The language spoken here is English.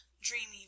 dreamy